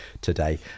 today